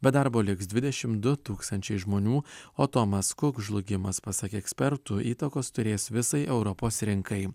be darbo liks dvidešim du tūkstančiai žmonių o tomas kuk žlugimas pasak ekspertų įtakos turės visai europos rinkai